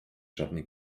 żadnej